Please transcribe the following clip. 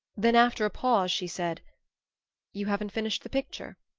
then, after a pause, she said you haven't finished the picture?